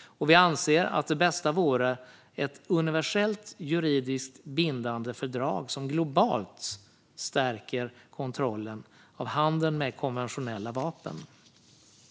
och vi anser att det bästa vore ett universellt juridiskt bindande fördrag som globalt stärker kontrollen av handeln med konventionella vapen.